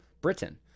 Britain